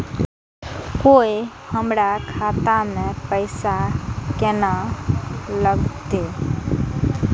कोय हमरा खाता में पैसा केना लगते?